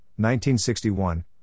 1961